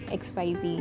xyz